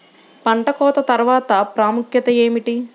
పంట కోత తర్వాత ప్రాముఖ్యత ఏమిటీ?